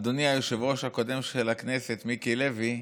אדוני היושב-ראש הקודם של הכנסת מיקי לוי,